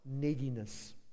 neediness